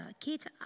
kids